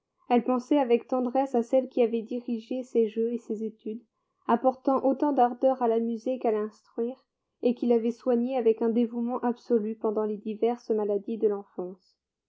elle pensait avec tendresse à celle qui avait dirigé ses jeux et ses études apportant autant d'ardeur à l'amuser qu'à l'instruire et qui l'avait soignée avec un dévouement absolu pendant les diverses maladies de l'enfance